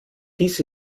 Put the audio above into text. dies